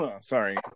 sorry